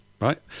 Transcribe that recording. right